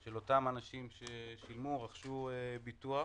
של אותם אנשים ששילמו או רכשו ביטוח